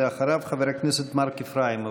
אחריו, חבר הכנסת מרק איפראימוב.